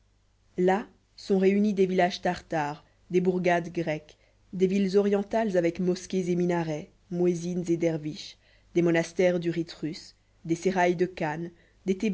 là sont réunis des villages tartares des bourgades grecques des villes orientales avec mosquées et minarets muezzins et derviches des monastères du rite russe des seraïs de